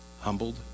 Humbled